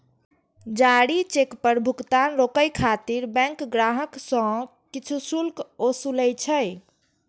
जारी चेक पर भुगतान रोकै खातिर बैंक ग्राहक सं किछु शुल्क ओसूलै छै